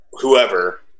whoever